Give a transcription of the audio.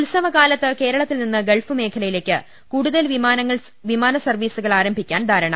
ഉത്സവകാലത്ത് കേരളത്തിൽ നിന്ന് ഗൾഫ് മേഖലയിലേക്ക് കൂടുതൽ വിമാന് സർവീസുകൾ ആരംഭിക്കാൻ ധാരണ